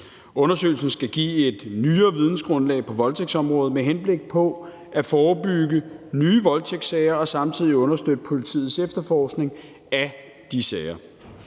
Undersøgelsen skal give et nyere vidensgrundlag på voldtægtsområdet med henblik på at forebygge nye voldtægtssager og samtidig understøtte politiets efterforskning af de sager.